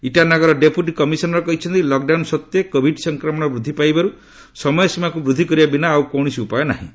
ଇଟାନଗରର deputy commissioner କହିଛନ୍ତି lockdown ସତ୍ତ୍ୱେ Covid ସଂକ୍ରମଣ ବୃଦ୍ଧି ପାଇବାରୁ ସମୟସୀମାକୁ ବୃଦ୍ଧି କରିବା ବିନା ଆଉ କୌଣସି ଉପାୟ ନାହିଁ